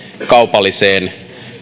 kaupalliseen